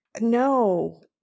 No